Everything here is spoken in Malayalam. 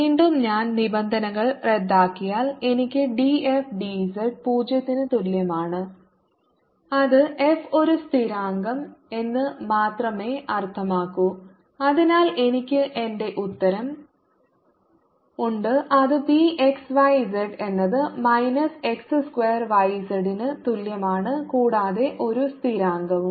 വീണ്ടും ഞാൻ നിബന്ധനകൾ റദ്ദാക്കിയാൽ എനിക്ക് d f d z 0 ന് തുല്യമാണ് അത് F ഒരു സ്ഥിരാങ്കം എന്ന് മാത്രമേ അർത്ഥമാക്കൂ അതിനാൽ എനിക്ക് എന്റെ ഉത്തരം ഉണ്ട് അത് V x y z എന്നത് minus x square y z ന് തുല്യമാണ് കൂടാതെ ഒരു സ്ഥിരാങ്കവും